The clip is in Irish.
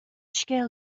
scéal